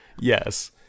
Yes